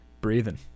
breathing